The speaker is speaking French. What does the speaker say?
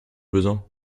besoin